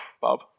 Bob